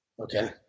Okay